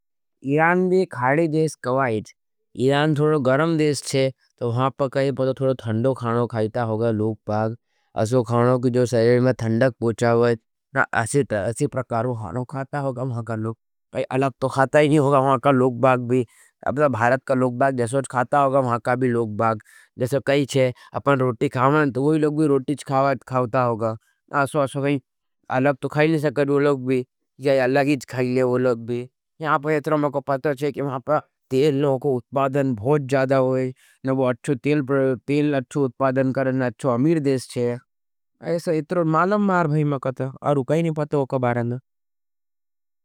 इरान भी खाड़ी देश कवाईज। इरान थोड़ो गरम देश छे। तो वहाँ पकाई थोड़ो थन्दो खाणो खायता होगा लोगबाग। असो खाणो की जो सरेड में थन्दक पोचा होगा। असी प्रकारो खाणो खाता होगा महका लोगबाग। अलग थो खाता ही नहीं होगा महका लोगबाग भी। अपना भारत का लोगबाग जैसे थो खाता होगा महका भी लोगबाग। जैसे कही हज अपना रोटी खामाँ तो वोई लोग भी रोटी थी खावता होगा। अलग थो खाई नहीं होगा महका लोगबाग भी। जैसे अलगी थो खाई नहीं होगा महका लोगबाग भी। यहाँ पर महका पता होगा तेल उतपादन बहुत ज़्यादा होगा। तेल अच्छो उतपादन करना अच्छो अमीर देश हज। यहाँ पता होगा महका लोगबाग भी।